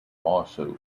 also